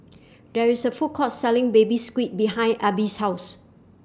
There IS A Food Court Selling Baby Squid behind Abie's House